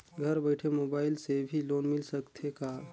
घर बइठे मोबाईल से भी लोन मिल सकथे का?